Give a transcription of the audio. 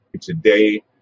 Today